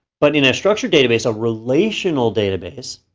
but in a structured database, a relational database,